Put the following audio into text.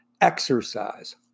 exercise